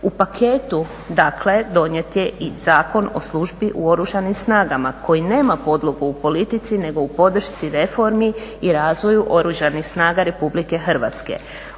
U paketu donijet je i Zakon o službi u oružanim snagama koji nema podlogu u politici nego u podršci reformi i razvoju Oružanih snaga RH. On predlaže